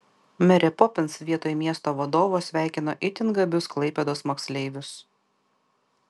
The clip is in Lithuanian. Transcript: merė popins vietoj miesto vadovo sveikino itin gabius klaipėdos moksleivius